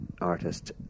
artist